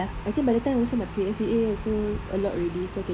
I think by the time also my P_S_E_A also a lot already so can use